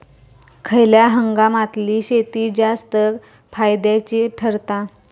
खयल्या हंगामातली शेती जास्त फायद्याची ठरता?